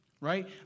right